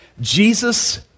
Jesus